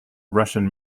russian